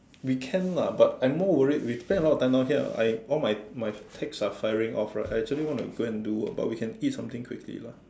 we can lah but I'm more worried we spend a lot of time down here I all my all my text are firing off right actually I want to go and do work but we can eat something quickly lah